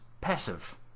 passive